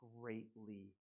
greatly